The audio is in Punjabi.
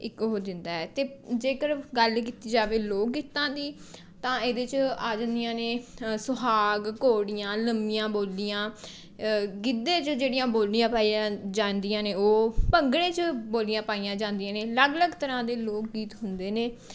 ਇੱਕ ਉਹ ਦਿੰਦਾ ਏ ਅਤੇ ਜੇਕਰ ਗੱਲ ਕੀਤੀ ਜਾਵੇ ਲੋਕ ਗੀਤਾਂ ਦੀ ਤਾਂ ਇਹਦੇ 'ਚ ਆ ਜਾਂਦੀਆ ਨੇ ਸੁਹਾਗ ਘੋੜੀਆਂ ਲੰਮੀਆਂ ਬੋਲੀਆਂ ਗਿੱਧੇ 'ਚ ਜਿਹੜੀਆ ਬੋਲੀਆਂ ਪਾਈਆਂ ਜਾਂਦੀਆਂ ਨੇ ਉਹ ਭੰਗੜੇ 'ਚ ਬੋਲੀਆਂ ਪਾਈਆਂ ਜਾਂਦੀਆਂ ਨੇ ਅਲੱਗ ਅਲੱਗ ਤਰ੍ਹਾਂ ਦੇ ਲੋਕ ਗੀਤ ਹੁੰਦੇ ਨੇ